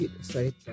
sorry